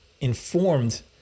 informed